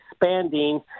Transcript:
expanding